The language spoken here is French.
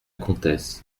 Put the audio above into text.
comtesse